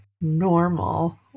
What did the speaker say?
normal